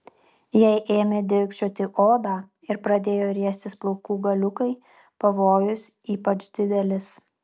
jei ėmė dilgčioti odą ir pradėjo riestis plaukų galiukai pavojus ypač didelis